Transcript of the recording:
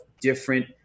different